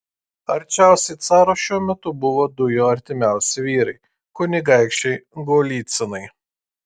arčiausiai caro šiuo metu buvo du jo artimiausi vyrai kunigaikščiai golycinai